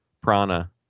Prana